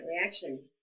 reaction